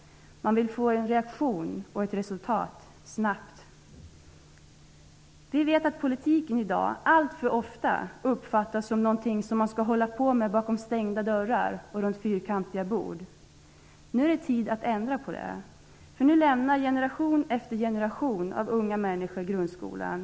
Man vill få en reaktion och ett resultat snabbt. Vi vet att politiken i dag alltför ofta uppfattas som någonting som man skall hålla på med bakom stängda dörrar och runt fyrkantiga bord. Nu är det tid att ändra på det. Nu lämnar generation efter generation av unga människor grundskolan.